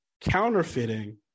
Counterfeiting